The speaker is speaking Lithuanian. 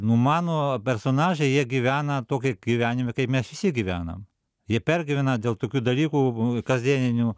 nu mano personažai jie gyvena tokį gyvenimą kaip mes visi gyvenam ji pergyvena dėl tokių dalykų kasdieninių